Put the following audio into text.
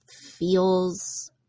feels